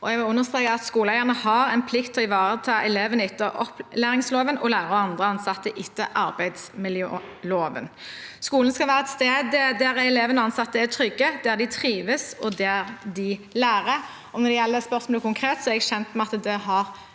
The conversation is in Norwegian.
Jeg vil understreke at skoleeierne har en plikt til å ivareta elevene etter opplæringsloven og lærere og andre ansatte etter arbeidsmiljøloven. Skolen skal være et sted der elevene og de ansatte er trygge, der de trives, og der de lærer. Når det gjelder spørsmålet konkret, er jeg kjent med at det har